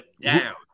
down